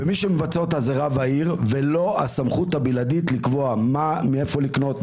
ומי שמבצע אותה זה רב העיר ולו הסמכות הבלעדית לקבוע מאיפה לקנות,